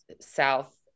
south